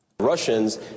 Russians